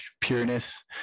pureness